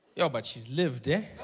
yo, but she has lived hey?